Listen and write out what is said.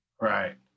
Right